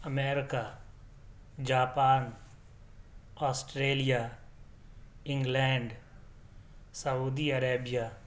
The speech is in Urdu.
America Japan Australia England Saudi Arabia